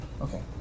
Okay